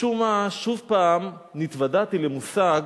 משום מה שוב התוודעתי למושג